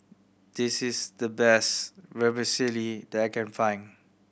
this is the best Vermicelli that I can find